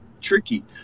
tricky